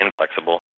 inflexible